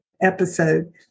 episode